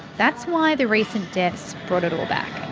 that's why the recent deaths brought it all back.